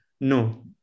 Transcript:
No